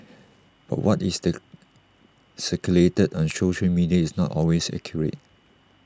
but what is the circulated on social media is not always accurate